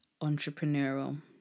entrepreneurial